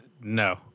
No